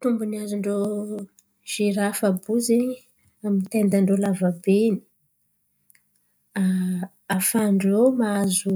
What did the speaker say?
Tombony azon-drô zirafy àby io zen̈y amin’ny tendan-drô lava be in̈y. Afahan-drô mahazo